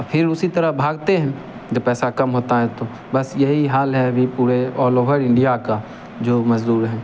फिर उसी तरह भागते हैं जब पैसा कम होता है तो बस यही हाल है अभी पूरे ऑल ऑवर इंडिया का जो मज़दूर हैं